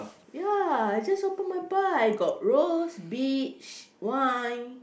ya I just open my bar I got rose peach wine